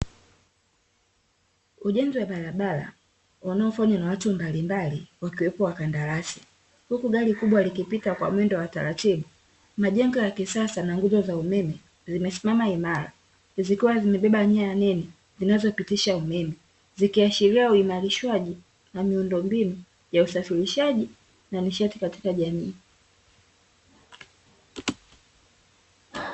Ujenzi wa barabara unaofanywa na watu mbalimbali wakiwepo wakandarasi, huku gari kubwa likipita kwa mwendo wa taratibu, majengo ya kisasa na nguzo za umeme zimesimama imara zikiwa zimebeba nyaya nene zinazopitisha umeme, zikiashiria uimarishwaji wa miundombinu ya usafirishaji na nishati katika jamii.